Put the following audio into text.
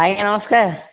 ଆଜ୍ଞା ନମସ୍କାର